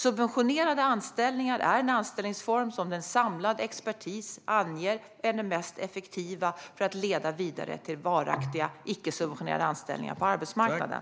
Subventionerade anställningar är en anställningsform som en samlad expertis anger är den mest effektiva för att leda vidare till varaktiga icke-subventionerade anställningar på arbetsmarknaden.